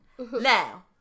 Now